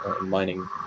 mining